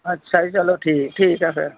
ਅੱਛਾ ਜੀ ਚਲੋ ਠੀ ਠੀਕ ਹੈ ਫਿਰ